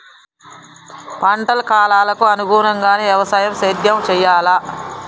పంటల కాలాలకు అనుగుణంగానే వ్యవసాయ సేద్యం చెయ్యాలా?